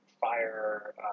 fire